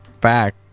back